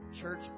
church